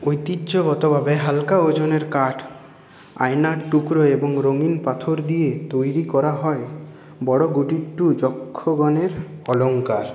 ঐতিহ্যগতভাবে হালকা ওজনের কাঠ আয়নার টুকরো এবং রঙিন পাথর দিয়ে তৈরি করা হয় বড়গুটিট্টু যক্ষগণের অলঙ্কার